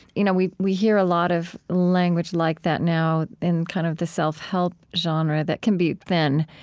you know we we hear a lot of language like that now in kind of the self-help genre that can be thin,